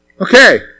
Okay